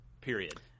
Period